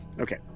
Okay